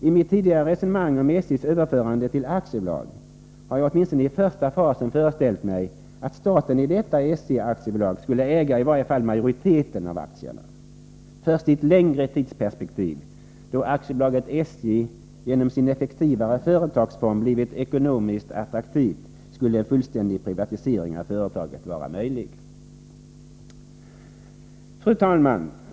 I mitt tidigare resonemang om SJ:s överförande till aktiebolag har jag åtminstone i första fasen föreställt mig att staten i detta SJ-aktiebolag skulle äga i varje fall majoriteten av aktierna. Först i ett längre tidsperspektiv, då AB SJ genom sin effektivare företagsform blivit ekonomiskt attraktivt, skulle en fullständig privatisering av företaget vara möjlig. Fru talman!